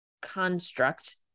construct